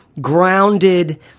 grounded